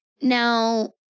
Now